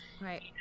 Right